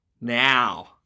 now